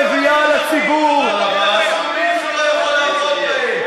לממשלה הזאת שמביאה לציבור חוקים שהוא לא יכול לעמוד בהם,